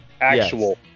actual